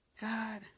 God